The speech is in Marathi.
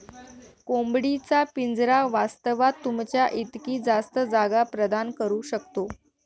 कोंबडी चा पिंजरा वास्तवात, तुमच्या इतकी जास्त जागा प्रदान करू शकतो